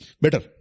Better